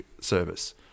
service